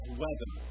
weather